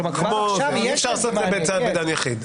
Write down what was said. עכשיו יש את זה בצו בדן יחיד.